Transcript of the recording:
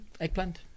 Eggplant